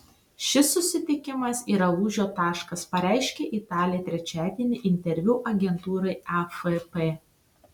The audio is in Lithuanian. šis susitikimas yra lūžio taškas pareiškė italė trečiadienį interviu agentūrai afp